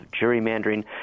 gerrymandering